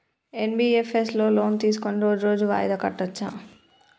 NBFS లో loan తీస్కొని రోజు రోజు వాయిదా కట్టచ్ఛా?